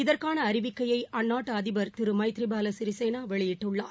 இதற்கான அறிவிக்கையை அந்நாட்டு அதிபர் திருமை திரி பாலசிறிசேனாவெளியிட்டுள்ளார்